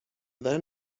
then